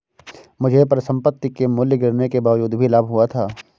मुझे परिसंपत्ति के मूल्य गिरने के बावजूद भी लाभ हुआ था